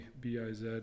biz